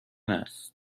است